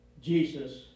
Jesus